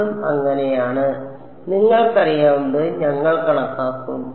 അതും അങ്ങനെയാണ് നിങ്ങൾക്കറിയാവുന്നത് ഞങ്ങൾ കണക്കാക്കും